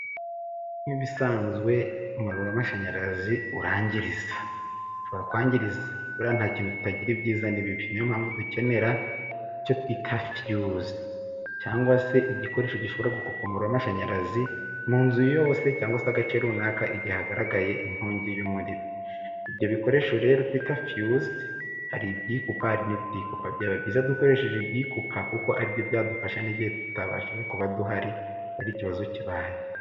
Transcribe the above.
Nk'ibisanzwe umuriro w'amashanyarazi urangiriza, ushobora kwangiriza buriya nta kintu kitagira ibyiza n'ibibi, ni yo mpamvu dukenera icyo bita fiyuzi cyangwa se igikoresho gishobora gukupa umuriro w'amashanyarazi, mu nzu yose cyangwag se agace runaka igihe hagaragaye inkongi y'umuriro, ibyo bikoresho rero twita fiyuzi hari ibyikupa hari n'ibitikupa. Byaba byiza dukoresheje ibyikupa kuko ari byo byadufasha n'igihe tutabashije kuba duhari, hari ikibazo kibaye.